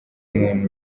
muntu